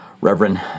Reverend